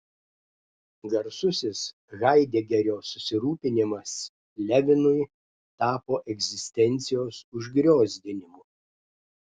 garsusis haidegerio susirūpinimas levinui tapo egzistencijos užgriozdinimu